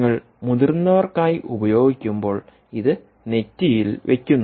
നിങ്ങൾ മുതിർന്നവർക്കായി ഉപയോഗിക്കുമ്പോൾ ഇത് നെറ്റിയിൽ വയ്ക്കുന്നു